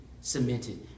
cemented